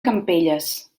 campelles